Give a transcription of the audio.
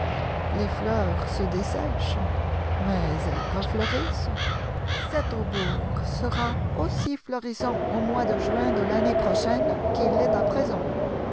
les fleurs se dessèchent mais elles refleurissent cet aubour sera aussi florissant au mois de juin de l'année prochaine qu'il l'est à présent